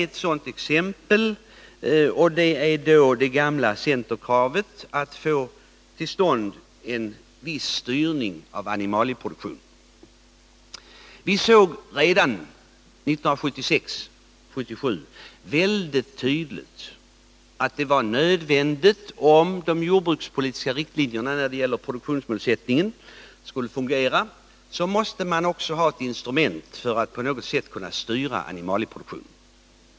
Ett sådant exempel är det gamla centerkravet om att få till stånd en viss styrning av animalieproduktionen. Vi såg redan 1976-1977 väldigt tydligt att det var nödvändigt, om de jordbrukspolitiska riktlinjerna när det gäller produktionsmålsättningen skulle fungera, att också ha ett instrument för att på något sätt kunna styra animalieproduktionen.